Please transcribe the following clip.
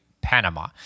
Panama